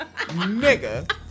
nigga